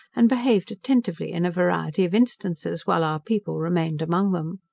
and behaved attentively in a variety of instances while our people remained among them.